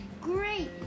Great